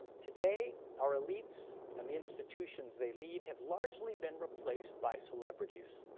today our elites and the institutions they lead have largely been replaced by celebrities.